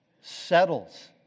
settles